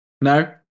No